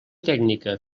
tècnica